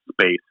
space